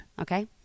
Okay